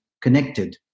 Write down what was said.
connected